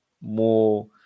more